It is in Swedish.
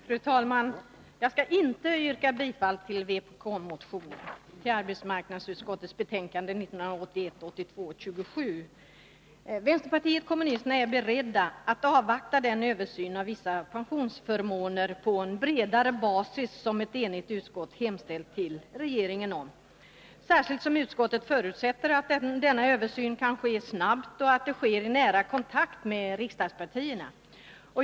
Fru talman! Jag skall inte yrka bifall till den vpk-motion som behandlas i arbetsmarknadsutskottets betänkande 1981/82:27. Vänsterpartiet kommunisterna är berett att avvakta den översyn av vissa pensionsförmåner på en bredare basis som ett enigt utskott hemställt till regeringen om, särskilt som utskottet förutsätter att denna översyn kan ske snabbt och i nära kontakt med riksdagspartierna.